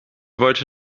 wollte